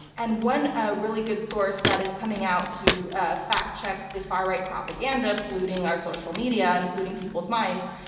and one ah really good source that is coming out to ah fact-check the far right propaganda polluting our social media, including people's minds,